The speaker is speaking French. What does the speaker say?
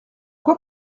quoi